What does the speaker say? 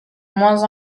moins